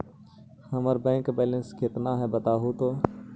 हमर bank balance केतना है बताहु तो?